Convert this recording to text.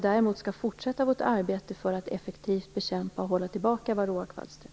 Däremot skall vi fortsätta vårt arbete för att effektivt bekämpa och hålla tillbaka varroakvalstret.